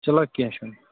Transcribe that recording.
چلو کیٚنٛہہ چھُنہٕ